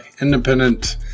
independent